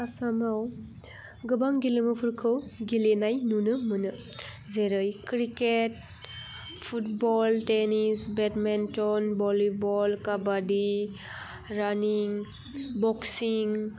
आसामाव गोबां गेलेमुफोरखौ गेलेनाय नुनो मोनो जेरै cricket football tennis badminton volleyball kabaddi रानिं बक्सिं